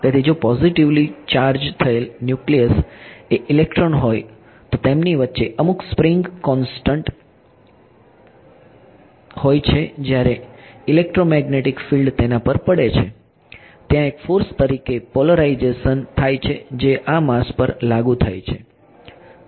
તેથી જો positively charge થયેલ ન્યુક્લિયસ એ ઇલેક્ટ્રોન હોય તો તેમની વચ્ચે અમુક સ્પ્રિંગ કોન્સ્ટંટ હોય છે જ્યારે ઇલેક્ટ્રોમેગ્નેટિક ફિલ્ડ તેના પર પડે છે ત્યાં એક ફોર્સ તરીકે પોલેરીઝેશન થાય છે જે આ માસ પર લાગુ થાય છે